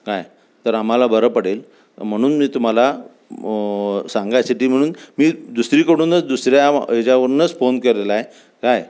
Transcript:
काय तर आम्हाला बरं पडेल म्हणून मी तुम्हाला सांगाण्यासाठी म्हणून मी दुसरीकडूनच दुसऱ्या ह्याच्यावरूनच फोन केलेला आहे काय